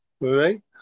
right